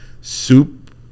soup